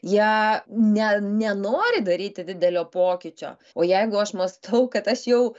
jie ne nenori daryti didelio pokyčio o jeigu aš mąstau kad aš jau